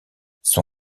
son